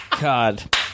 God